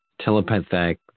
telepathic